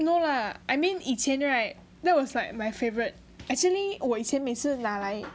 no lah I mean 以前 right that was like my favourite actually 我以前每次拿来